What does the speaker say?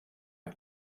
ein